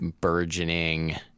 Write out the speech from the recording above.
burgeoning